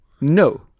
No